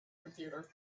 computer